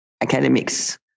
academics